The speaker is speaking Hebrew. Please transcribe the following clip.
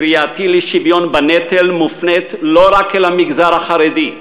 קריאתי לשוויון בנטל מופנית לא רק אל המגזר החרדי,